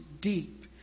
deep